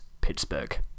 Pittsburgh